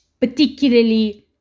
particularly